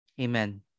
amen